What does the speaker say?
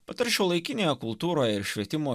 bet ar šiuolaikinėje kultūroje ir švietimo